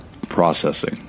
processing